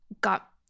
got